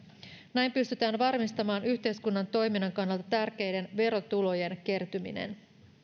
näin pystytään varmistamaan yhteiskunnan toiminnan kannalta tärkeiden verotulojen kertyminen